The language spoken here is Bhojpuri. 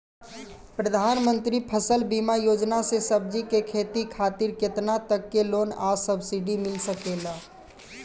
प्रधानमंत्री फसल बीमा योजना से सब्जी के खेती खातिर केतना तक के लोन आ सब्सिडी मिल सकेला?